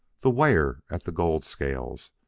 the weigher at the gold-scales,